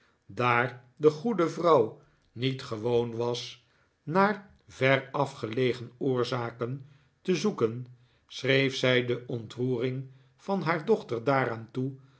daar de goede vrouw niet gewoon was naar verafgelegen oorzaken te zoeken schreef zij de ontroering van haar dochter daaraan toe